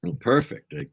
Perfect